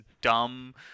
dumb